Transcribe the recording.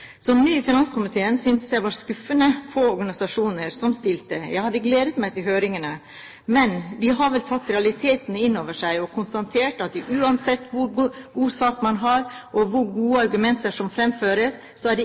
Som ny i finanskomiteen syntes jeg det var skuffende få organisasjoner som stilte på høring – jeg hadde gledet meg til høringene – men de har vel tatt realitetene inn over seg og konstatert at uansett hvor god sak man har og hvor gode argumenter som fremføres, så er det